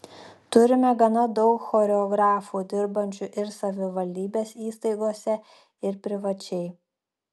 turime gana daug choreografų dirbančių ir savivaldybės įstaigose ir privačiai